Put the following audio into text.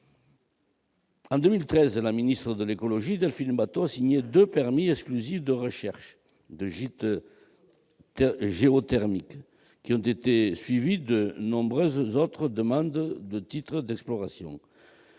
En 2013, la ministre de l'écologie, Delphine Batho, a signé deux permis exclusifs de recherches de gîtes géothermiques, qui ont été suivis de nombreuses autres demandes de titres d'exploration.